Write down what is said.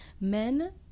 Men